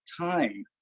Time